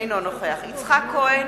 אינו נוכח יצחק כהן,